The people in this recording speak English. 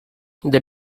the